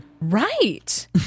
right